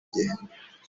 gihe